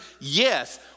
Yes